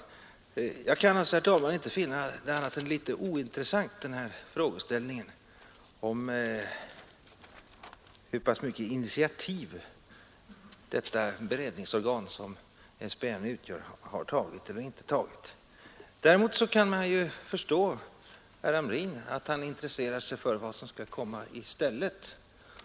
Frågeställningen hur mycket initiativ det beredningsorgan som SBN utgör har tagit eller inte tagit kan jag inte, herr talman, finna annat än ointressant. Däremot kan man förstå att herr Hamrin intresserar sig för vad som skall komma i stället.